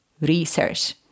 research